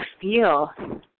feel